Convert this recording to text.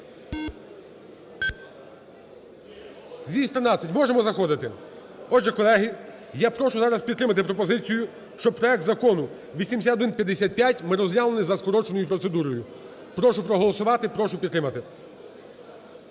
За-213 Можемо заходити. Отже, колеги, я прошу зараз підтримати пропозицію, щоб проект Закону 8155 ми розглянули за скороченою процедурою. Прошу проголосувати. Прошу підтримати.